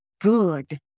good